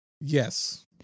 Yes